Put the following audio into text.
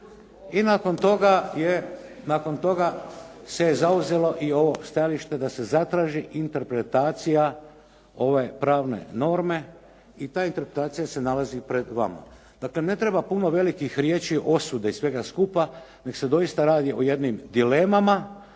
nakon toga se zauzelo i ovo stajalište da se zatraži interpretacija ove pravne norme i ta interpretacija se nalazi pred vama. Dakle ne treba puno velikih riječi osude i svega skupa, nego se doista radi o jednim dilemama